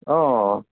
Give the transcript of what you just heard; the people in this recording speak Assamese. অঁ